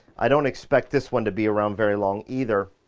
i don't expect this one to be around very long either